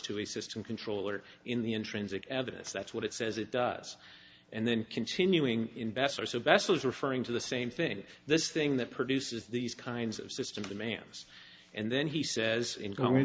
a system controller in the intrinsic evidence that's what it says it does and then continuing investor so bessel is referring to the same thing this thing that produces these kinds of system demands and then he says in going